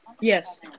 Yes